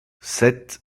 sept